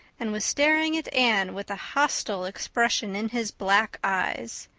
and was staring at anne with a hostile expression in his black eyes.